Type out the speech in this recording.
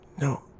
no